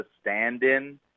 stand-in